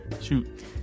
Shoot